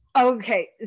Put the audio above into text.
okay